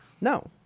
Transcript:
No